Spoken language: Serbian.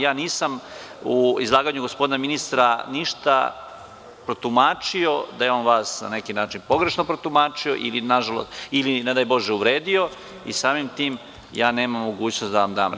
Ja nisam u izlaganju gospodina ministra ništa protumačio da je on vas na neki način pogrešno protumačio ili ne daj Bože uvredio i samim tim ja nemam mogućnost da vam dam reč.